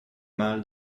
mal